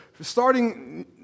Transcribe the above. starting